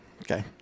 okay